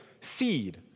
seed